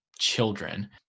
children